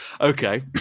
Okay